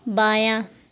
بایاں